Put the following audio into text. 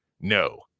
No